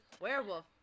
Werewolf